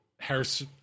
Harris